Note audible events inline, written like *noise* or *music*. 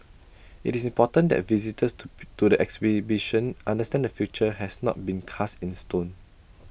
IT is important that visitors to *noise* to the exhibition understand the future has not been cast in stone